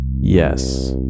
yes